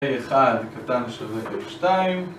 1 קטן שווה 0.2